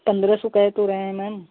पंद्रह सौ कह तो रहे हैं मैम